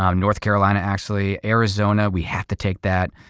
um north carolina, actually arizona, we have to take that.